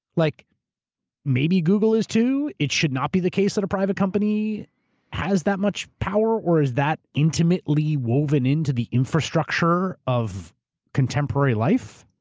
like maybe google is too, it should not be the case that a private company has that much power or is that intimately woven into the infrastructure of contemporary life?